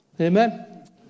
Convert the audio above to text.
Amen